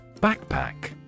Backpack